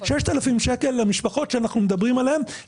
למשפחות שאנחנו מדברים עליהן,